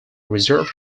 reserve